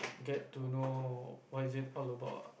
get to know what is it all about